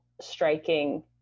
striking